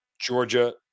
Georgia